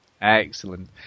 Excellent